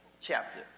chapter